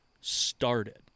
started